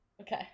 Okay